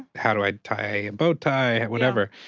how do i tie a bow tie? whatever.